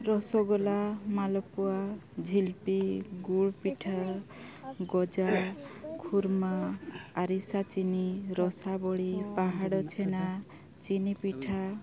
ᱨᱚᱥᱚᱜᱚᱞᱟ ᱢᱟᱞ ᱯᱳᱣᱟ ᱡᱷᱤᱞᱯᱤ ᱜᱩᱲ ᱯᱤᱴᱷᱟᱹ ᱜᱚᱡᱟ ᱠᱷᱩᱨᱢᱟ ᱟᱹᱨᱤᱥᱟ ᱪᱤᱱᱤ ᱨᱚᱥᱟ ᱵᱚᱲᱤ ᱯᱟᱦᱟᱲ ᱪᱷᱮᱱᱟ ᱪᱤᱱᱤ ᱯᱤᱴᱷᱟᱹ